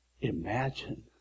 Imagine